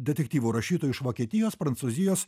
detektyvų rašytojų iš vokietijos prancūzijos